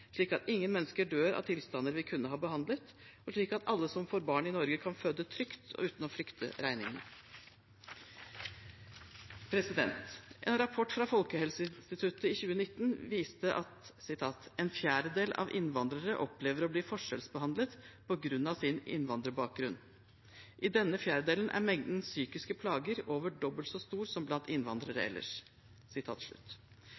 slik at ingen mennesker dør av tilstander vi kunne ha behandlet, og slik at alle som får barn i Norge, kan føde trygt og uten å frykte regningene. En rapport fra Folkehelseinstituttet i 2019 viste at en fjerdedel av innvandrere opplever å bli forskjellsbehandlet på grunn av sin innvandrerbakgrunn. I denne fjerdedelen er mengden psykiske plager over dobbelt så stor som blant